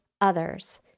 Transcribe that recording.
others